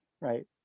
Right